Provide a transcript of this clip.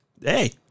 hey